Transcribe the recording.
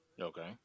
Okay